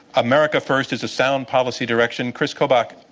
america first is a sound policy direction. kris kobach,